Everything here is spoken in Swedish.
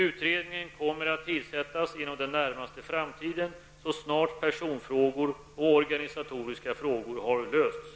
Utredningen kommer att tillsättas inom den närmaste framtiden, så snart personfrågor och organisatoriska frågor har lösts.